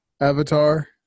Avatar